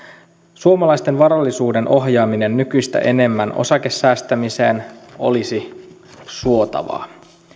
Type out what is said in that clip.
suomalaisten varallisuuden ohjaaminen nykyistä enemmän osakesäästämiseen olisi suotavaa